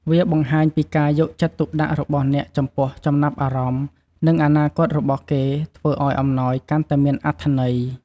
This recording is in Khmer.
វាបង្ហាញពីការយកចិត្តទុកដាក់របស់អ្នកចំពោះចំណាប់អារម្មណ៍ និងអនាគតរបស់គេ ធ្វើឱ្យអំណោយកាន់តែមានអត្ថន័យ។